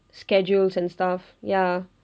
schedules and stuff ya